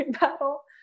battle